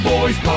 Boys